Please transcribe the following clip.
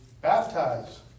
Baptize